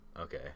okay